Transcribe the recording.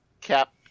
Cap-